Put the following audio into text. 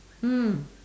mm